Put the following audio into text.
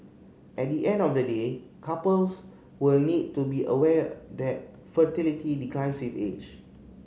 at the end of the day couples will need to be aware that fertility declines save age